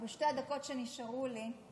או בשתי הדקות שנשארו לי,